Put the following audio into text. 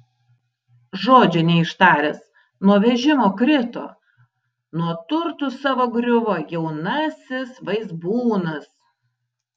žodžio neištaręs nuo vežimo krito nuo turtų savo griuvo jaunasis vaizbūnas